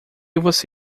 você